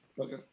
Okay